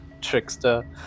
trickster